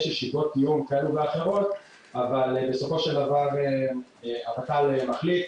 יש ישיבות יום כאלה ואחרות אבל בסופו של דבר הות"ל מחליט,